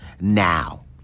now